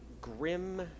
grim